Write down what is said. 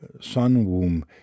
sun-womb